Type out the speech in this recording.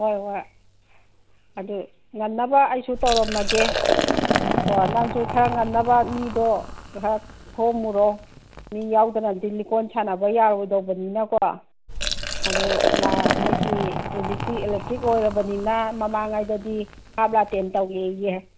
ꯍꯣꯏ ꯍꯣꯏ ꯑꯗꯨ ꯉꯟꯅꯕ ꯑꯩꯁꯨ ꯇꯧꯔꯝꯃꯒꯦ ꯀꯣ ꯅꯪꯁꯨ ꯈꯔ ꯉꯟꯅꯕ ꯃꯤꯗꯣ ꯉꯥꯏꯍꯥꯛ ꯈꯣꯝꯃꯨꯔꯣ ꯃꯤ ꯌꯥꯎꯗꯅꯗꯤ ꯂꯤꯛꯀꯣꯟ ꯁꯥꯟꯅꯕ ꯌꯥꯔꯣꯏꯗꯕꯅꯤꯅꯀꯣ ꯑꯗꯣ ꯃꯣꯏꯒꯤ ꯍꯧꯖꯤꯛꯇꯤ ꯑꯦꯂꯦꯛꯇ꯭ꯔꯤꯛ ꯑꯣꯏꯔꯕꯅꯤꯅ ꯃꯃꯥꯡꯉꯩꯗꯗꯤ ꯍꯥꯞ ꯂꯥꯇꯦꯟ ꯇꯧꯋꯦꯌꯦ